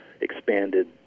expanded